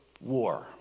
war